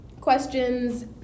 questions